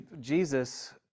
Jesus